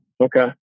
Okay